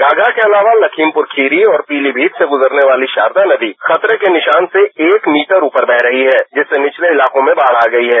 घाघरा के अलावा लखीमपुर खीरी और पीलीमीत से गुजरने वाली शारदा नदी खतरे के निशान से एक मीटर ऊपर बह रही है जिससे निचले इलाकों में बाढ़ आ गई है